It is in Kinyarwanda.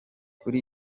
kuri